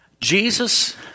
Jesus